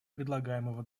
предлагаемого